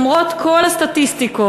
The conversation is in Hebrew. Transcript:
למרות כל הסטטיסטיקות,